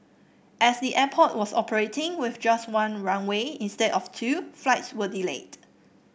as the airport was operating with just one runway instead of two flights were delayed